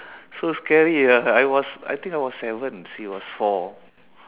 so scary ah I was I think I was seven she was four